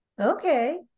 okay